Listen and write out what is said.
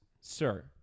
sir